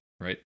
right